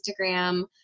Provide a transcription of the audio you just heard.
Instagram